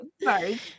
Sorry